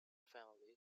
family